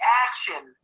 action